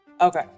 Okay